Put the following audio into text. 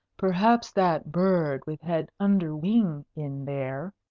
perhaps that bird with head under wing in there,